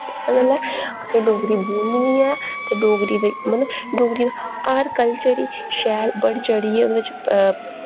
इस्सै गल्ला असें डोगरी बोलनी बी ऐ ते डोगरी दी मतलब डोगरी दी हर कल्चर ही शैल बढ़ी चढ़ियै उदे बिच्च